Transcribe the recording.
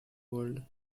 world